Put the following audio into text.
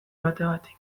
bategatik